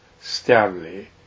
Stanley